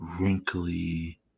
wrinkly